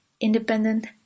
independent